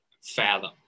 fathom